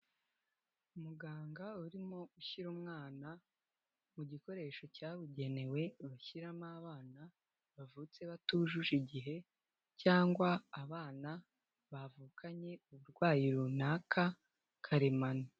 Muganga urimo ushyira umwana mu gikoresho cyabugenewe bashyiramo abana bavutse batujuje igihe cyangwa abana bavukanye uburwayi runaka karemano.